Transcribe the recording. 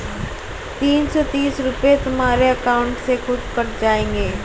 तीन सौ तीस रूपए तुम्हारे अकाउंट से खुद कट जाएंगे